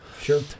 Sure